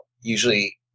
Usually